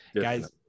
guys